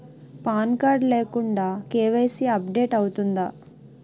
Pan card లేకుండా KYC update అవుతుందా?